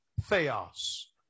theos